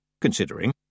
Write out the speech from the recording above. considering